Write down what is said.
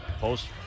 Post